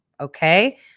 Okay